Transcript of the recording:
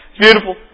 beautiful